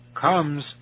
comes